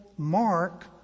mark